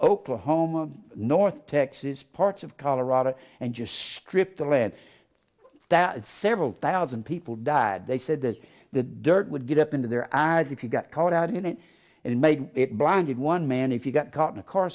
oklahoma north texas parts of colorado and just stripped the lead that several thousand people died they said that the dirt would get up into their eyes if you got caught out in it and made it blinded one man if you got caught in a car